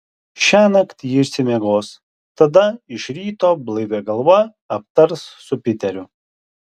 šiąnakt ji išsimiegos tada iš ryto blaivia galva aptars su piteriu